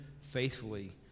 faithfully